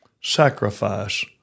sacrifice